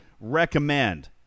recommend